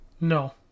No